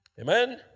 Amen